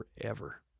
forever